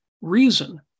reason